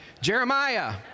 Jeremiah